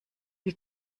wie